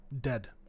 dead